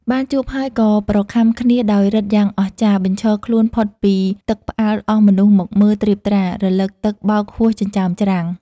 បានជួបហើយក៏ប្រខាំគ្នាដោយឫទ្ធិយ៉ាងអស្ចារ្យ បញ្ឈរខ្លួនផុតពីទឹកផ្អើល អស់មនុស្សមកមើលត្រៀបត្រា រលកទឹកបោកហួសចិញ្ចើមច្រាំង ។